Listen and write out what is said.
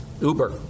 Uber